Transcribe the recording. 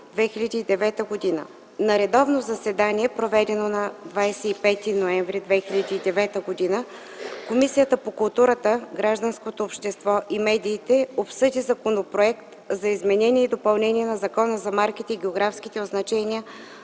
проведено на 25 ноември 2009 г., Комисията по културата, гражданското общество и медиите обсъди Законопроект за изменение и допълнение на Закона за марките и географските означения,